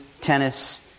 tennis